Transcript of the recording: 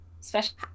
especially-